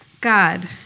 God